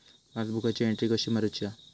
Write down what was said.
पासबुकाची एन्ट्री कशी मारुची हा?